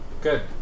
Good